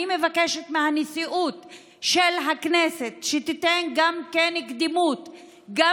אני מבקשת מהנשיאות של הכנסת שתיתן קדימות גם